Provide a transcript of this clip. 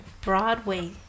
Broadway